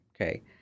Okay